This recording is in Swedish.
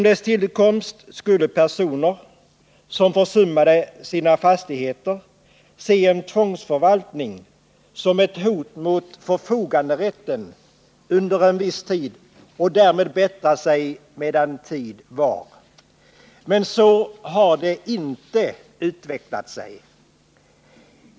Avsikten med lagen var att personer som försummade sina fastigheter skulle se en tvångsförvaltning under en viss tid som ett hot mot förfoganderätten och därmed bättra sig medan tid var. Men så har det inte utvecklat sig.